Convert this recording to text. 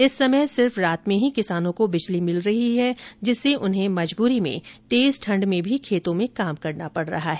इस समय सिर्फ रात में ही किसानों को बिजली मिल रही है जिससे उन्हे मजबूरी में तेज ठंड में भी खेतों में काम करना पड़ रहा है